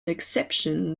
exception